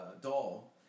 doll